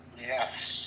Yes